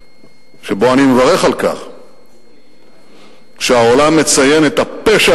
שבו אני מברך על כך שהעולם מציין את הפשע